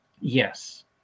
Yes